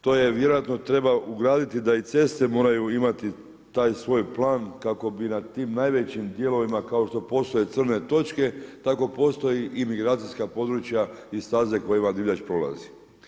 To vjerojatno treba ugraditi da i ceste moraju imati taj svoj plan kako bi na tim najvećim dijelovima kao što postoje crne točke, tako postoje i migracijska područja i staze kojima divljač prolazi.